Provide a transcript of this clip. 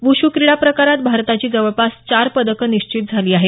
wushu क्रीडा प्रकारात भारताची जवळपास चार पदकं निश्चित झाली आहेत